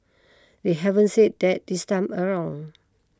they haven't said that this time around